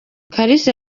kalisa